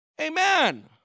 Amen